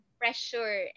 pressure